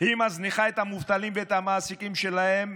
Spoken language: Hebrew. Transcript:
היא מזניחה את המובטלים ואת המעסיקים שלהם,